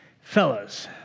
Fellas